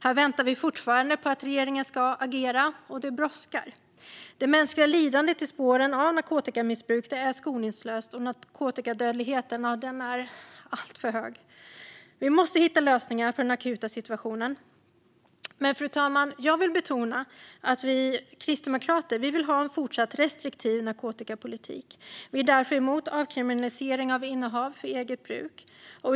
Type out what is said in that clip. Här väntar vi fortfarande på att regeringen ska agera, och det brådskar. Det mänskliga lidandet i spåren av narkotikamissbruk är skoningslöst, och narkotikadödligheten är alltför hög. Vi måste hitta lösningar på den akuta situationen. Jag vill dock betona, fru talman, att vi kristdemokrater vill ha en fortsatt restriktiv narkotikapolitik. Vi är därför emot avkriminalisering av innehav för eget bruk.